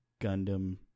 Gundam